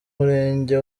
murenge